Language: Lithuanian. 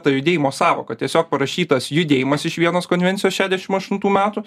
ta judėjimo sąvoka tiesiog parašytas judėjimas iš vienos konvencijos šedešim aštuntų metų